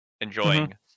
enjoying